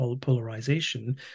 polarization